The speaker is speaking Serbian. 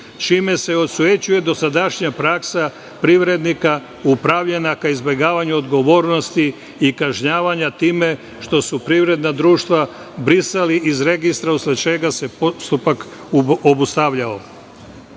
čime se osujećuje dosadašnja praksa privrednika upravljanja ka izbegavanju odgovornosti i kažnjavanja time što su privredna društva brisali iz registra, usled čega se postupak obustavljao. Rad